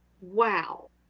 wow